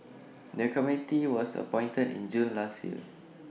the committee was appointed in June last year